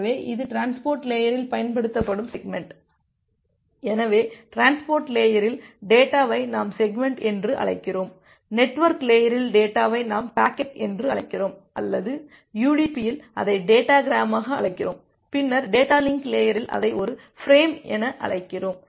எனவே இது டிரான்ஸ்போர்ட் லேயரில் பயன்படுத்தப்படும் செக்மெண்ட் எனவே டிரான்ஸ்போர்ட் லேயரில் டேட்டாவை நாம் செக்மெண்ட் என்று அழைக்கிறோம் நெட்வொர்க் லேயரில் டேட்டாவை நாம் பாக்கெட் என்று அழைக்கிறோம் அல்லது யுடிபில் அதை டேட்டாகிராமாக அழைக்கிறோம் பின்னர் டேட்டா லிங்க் லேயரில் அதை ஒரு ஃபிரேம் என அழைக்கிறோம்